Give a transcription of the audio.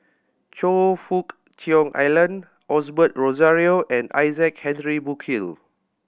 Choe Fook Cheong Alan Osbert Rozario and Isaac Henry Burkill